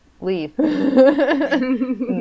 leave